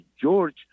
George